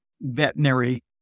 veterinary